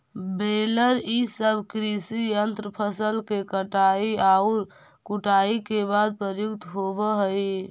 baler इ सब कृषि यन्त्र फसल के कटाई औउर कुटाई के बाद प्रयुक्त होवऽ हई